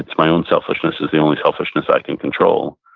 my own selfishness is the only selfishness i can control.